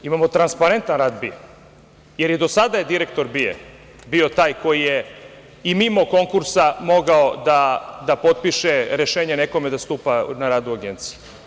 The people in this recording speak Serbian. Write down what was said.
Imamo transparentan rad BIA jer do sada je direktor BIA bio taj koji je i mimo konkursa mogao da potpiše rešenje nekome da stupa na rad u Agenciji.